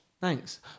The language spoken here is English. Thanks